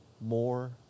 more